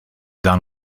done